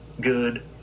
good